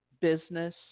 business